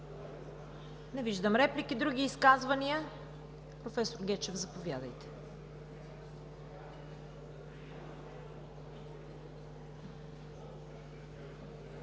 Не виждам. Други изказвания? Професор Гечев, заповядайте.